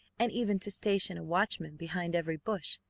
and even to station a watchman behind every bush,